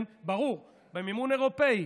כן, ברור, במימון אירופי,